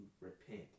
repent